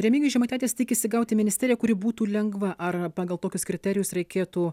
remigijus žemaitaitis tikisi gauti ministeriją kuri būtų lengva ar pagal tokius kriterijus reikėtų